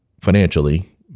financially